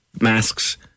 masks